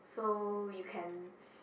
so you can